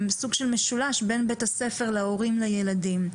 סוג של משולש בין בית הספר להורים לילדים.